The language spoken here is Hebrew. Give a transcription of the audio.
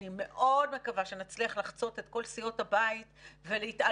אני מאוד מקווה שנצליח לחצות את כל סיעות הבית ולהתעלות